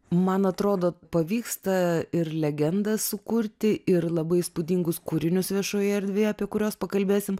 man atrodo pavyksta ir legendą sukurti ir labai įspūdingus kūrinius viešoje erdvėje apie kuriuos pakalbėsim